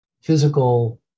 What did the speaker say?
physical